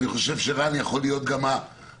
אני חושב שרן יכול להיות המוביל.